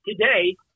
today